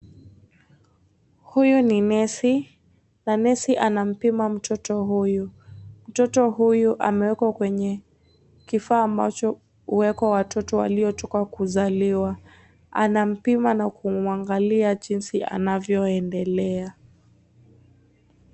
Huyu ni nesi, na nesi anampima mtoto huyu. Mtoto huyu amewekwa kwenye kifaa ambacho huwekwa watoto waliotoka kuzaliwa. Anampima na kumwangalia jinsi anavyoendelea.